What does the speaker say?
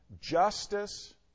justice